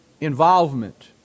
involvement